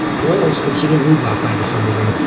close but she didn't move last time for some reason.